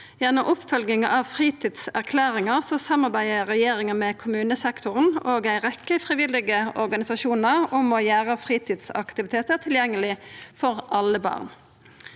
Gjennom oppfølginga av fritidserklæringa samarbeider regjeringa med kommunesektoren og ei rekkje frivillige organisasjonar om å gjera fritidsaktivitetar tilgjengelege for alle barn.